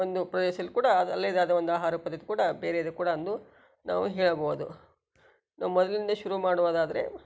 ಒಂದು ಪ್ರದೇಶಲ್ಲಿ ಕೂಡ ಅದು ಅಲ್ಲಿದೇ ಆದ ಒಂದು ಆಹಾರ ಪದ್ಧತಿ ಕೂಡ ಬೇರೇದೆ ಕೂಡ ಅಂದು ನಾವು ಹೇಳಬಹುದು ನಮ್ಮಲ್ಲಿಂದೇ ಶುರು ಮಾಡುವುದಾದ್ರೆ